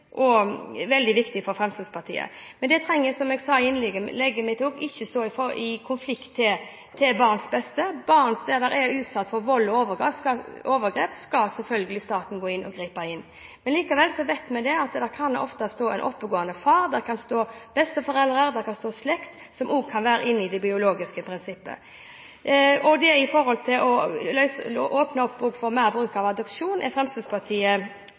også veldig viktig for Fremskrittspartiet, men som jeg sa i innlegget mitt, det trenger ikke komme i konflikt med barnets beste. Når det gjelder barn som er utsatt for vold og overgrep, skal selvfølgelig staten gripe inn. Men likevel vet vi at det ofte kan være en oppegående far, oppegående besteforeldre og slekt også innenfor det biologiske prinsippet. Når det gjelder å åpne opp for mer bruk av adopsjon, er Fremskrittspartiet